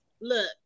Look